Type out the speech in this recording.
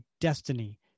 destiny